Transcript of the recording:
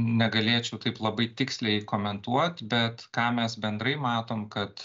negalėčiau taip labai tiksliai komentuot bet ką mes bendrai matom kad